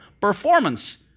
performance